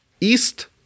east